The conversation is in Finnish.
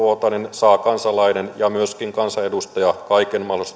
kansalainen ja myöskin kansanedustaja saa kaiken